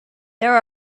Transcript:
there